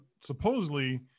supposedly